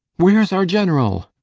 where's our generall?